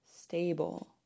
stable